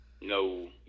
No